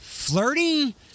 flirty